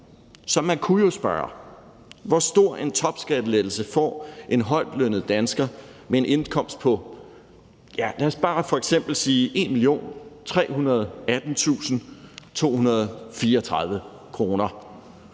Så man kunne jo spørge, hvor stor en topskattelettelse en højtlønnet dansker med en indkomst på, lad